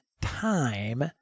time